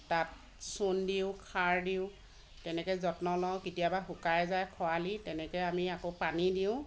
তাত চূণ দিওঁ সাৰ দিওঁ তেনেকে যত্ন লওঁ কেতিয়াবা শুকাই যায় খৰালি তেনেকে আমি আকৌ পানী দিওঁ